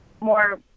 more